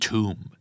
Tomb